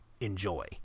enjoy